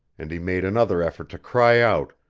and he made another effort to cry out,